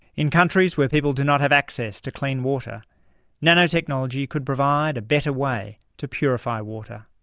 in countries where people do not have access to clean, water nanotechnology could provide a better way to purify water.